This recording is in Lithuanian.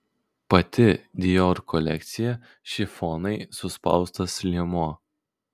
pati dior kolekcija šifonai suspaustas liemuo